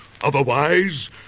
Otherwise